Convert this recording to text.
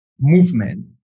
movement